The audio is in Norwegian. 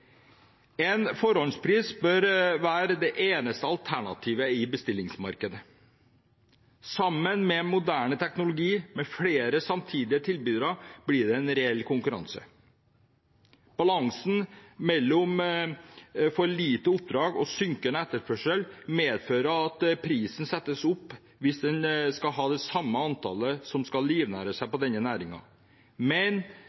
En forhåndspris bør være det eneste alternativet i bestillingsmarkedet. Sammen med moderne teknologi, med flere samtidige tilbydere, blir det en reell konkurranse. Balansen mellom for få oppdrag og synkende etterspørsel medfører at prisen settes opp om det samme antallet skal livnære seg på denne næringen. Men